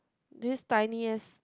this tiniest